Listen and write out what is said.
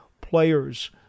players